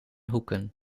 hoeken